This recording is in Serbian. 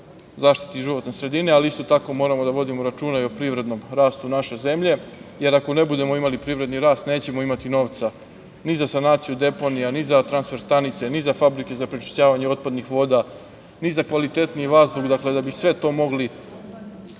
zaštiti životne sredine, ali isto tako moramo da vodimo računa i o privrednom rastu naše zemlje, jer ako ne budemo imali privredni rast nećemo imati novca ni za sanaciju deponija, ni za transfer stanice, ni za fabrike za prečišćavanje otpadnih voda, ni za kvalitetni vazduh. Dakle, da bi sve to mogli